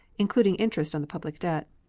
including interest on the public debt.